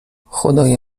خدای